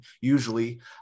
usually